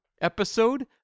episode